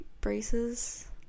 braces